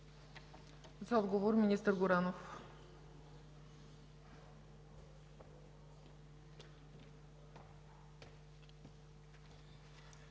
За отговор – министър Горанов.